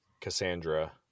Cassandra